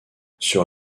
sur